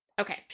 Okay